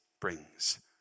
brings